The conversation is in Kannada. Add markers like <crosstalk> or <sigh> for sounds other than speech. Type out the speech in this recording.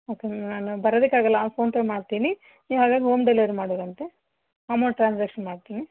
ಓಕೆ ಮ್ಯಾಮ್ ನಾನು ಬರೋದಿಕ್ಕಾಗಲ್ಲ ಫೋನ್ಪೇ ಮಾಡ್ತೀನಿ ನೀವು <unintelligible> ಹೋಮ್ ಡೆಲಿವರಿ ಮಾಡೋರಂತೆ ಅಮೌಂಟ್ ಟ್ರಾನ್ಸ್ಯಾಕ್ಷನ್ ಮಾಡ್ತೀನಿ